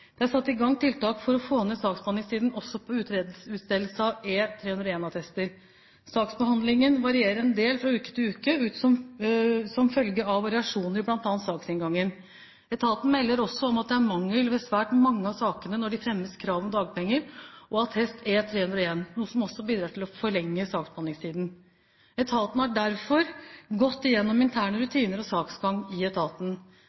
Det er satt i gang tiltak for å få ned saksbehandlingstiden også på utstedelse av E-301-attester. Saksbehandlingen varierer en del fra uke til uke som følge av variasjoner i bl.a. saksinngangen. Etaten melder også om at det er mangler ved svært mange av sakene når det fremmes krav om dagpenger og attest E-301, noe som også bidrar til å forlenge saksbehandlingstiden. Etaten har derfor gått gjennom interne rutiner og saksgang i etaten.